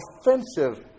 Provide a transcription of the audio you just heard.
offensive